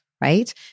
Right